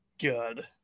good